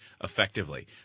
effectively